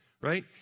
right